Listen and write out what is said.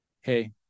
hey